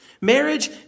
Marriage